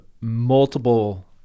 multiple